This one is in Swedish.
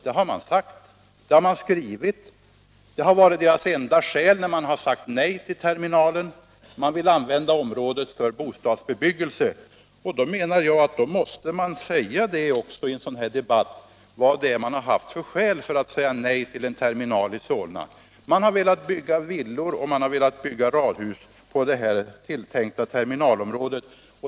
Det har man både sagt och skrivit. Det har varit det enda skälet när man har sagt nej till terminalen. Jag menar att man då också i en sådan här debatt skall tala om vilka skäl kommunen har haft för att säga nej till en terminal i Solna. Man har velat bygga villor och radhus på det tilltänkta terminalområdet.